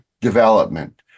development